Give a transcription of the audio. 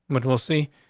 but we'll see.